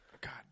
God